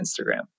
Instagram